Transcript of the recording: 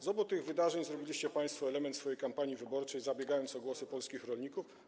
Z obu tych wydarzeń zrobiliście państwo element swojej kampanii wyborczej, zabiegając o głosy polskich rolników.